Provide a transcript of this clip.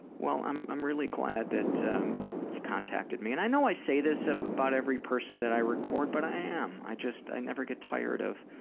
well, i'm i'm really glad that um you contacted me, and i know i say this about but every person that i record, but i am. i just i never get tired of,